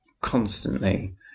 constantly